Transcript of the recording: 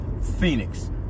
Phoenix